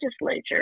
legislature